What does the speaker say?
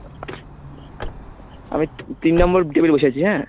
আমি তিন নম্বর টেবিলে বসে আছি হ্যাঁ